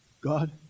God